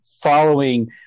following